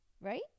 right